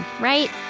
right